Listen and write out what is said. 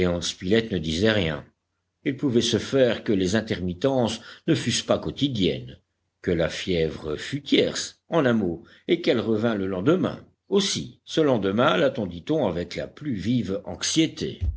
spilett ne disait rien il pouvait se faire que les intermittences ne fussent pas quotidiennes que la fièvre fût tierce en un mot et qu'elle revînt le lendemain aussi ce lendemain lattendit on avec la plus vive anxiété